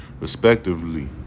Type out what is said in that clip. respectively